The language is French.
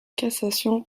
cassation